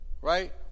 Right